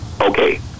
Okay